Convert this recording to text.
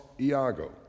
Iago